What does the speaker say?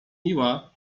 miła